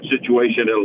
situation